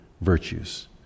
virtues